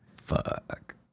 Fuck